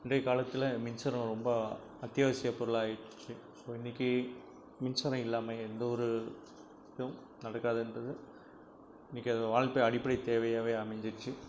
இன்றைய காலத்தில் மின்சாரம் ரொம்ப அத்யாவசிய பொருளாக ஆகிடுச்சி இன்னைக்கு மின்சாரம் இல்லாமல் எந்த ஒரு இதுவும் நடக்காது என்பது இன்னைக்கு வாழ்கை அடிப்படை தேவையாக அமைஞ்சிடுச்சி